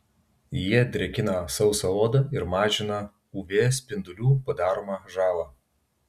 jie drėkina sausą odą ir mažina uv spindulių padaromą žalą